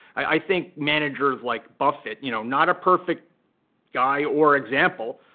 i think managers like buffett, you know, not a perfect guy or example,